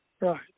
Right